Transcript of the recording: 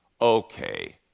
Okay